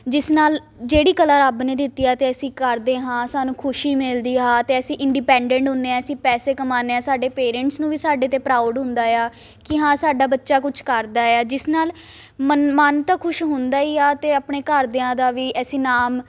ਜਿਸ ਨਾਲ ਜਿਹੜੀ ਕਲਾ ਰੱਬ ਨੇ ਦਿੱਤੀ ਆ ਅਤੇ ਅਸੀਂ ਕਰਦੇ ਹਾਂ ਸਾਨੂੰ ਖੁਸ਼ੀ ਮਿਲਦੀ ਹਾਂ ਅਤੇ ਅਸੀਂ ਇੰਡੀਪੈਂਡੈਂਟ ਹੁੰਦੇ ਹਾਂ ਅਸੀਂ ਪੈਸੇ ਕਮਾਉਂਦੇ ਹਾਂ ਸਾਡੇ ਪੇਰੈਂਟਸ ਨੂੰ ਵੀ ਸਾਡੇ 'ਤੇ ਪਰਾਊਡ ਹੁੰਦਾ ਆ ਕਿ ਹਾਂ ਸਾਡਾ ਬੱਚਾ ਕੁਛ ਕਰਦਾ ਆ ਜਿਸ ਨਾਲ ਮੰਨ ਮਨ ਤਾਂ ਖੁਸ਼ ਹੁੰਦਾ ਹੀ ਆ ਅਤੇ ਆਪਣੇ ਘਰਦਿਆਂ ਦਾ ਵੀ ਅਸੀਂ ਨਾਮ